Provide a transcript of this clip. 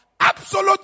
Absolute